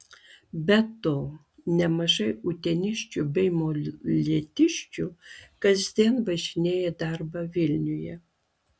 be to nemažai uteniškių bei molėtiškių kasdien važinėja į darbą vilniuje